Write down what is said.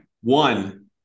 One